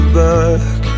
back